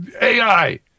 AI